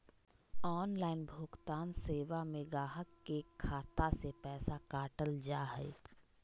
online भुगतान सेवा में गाहक के खाता से पैसा काटल जा हइ